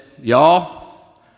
y'all